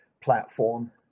platform